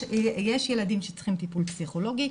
יש ילדים שצריכים טיפול פסיכולוגי.